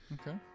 Okay